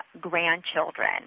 grandchildren